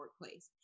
workplace